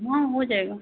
हाँ हो जाएगा